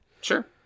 Sure